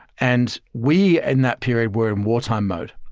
and we in that period were in wartime mode.